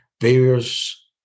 various